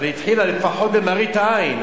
אבל היא התחילה לפחות במראית עין,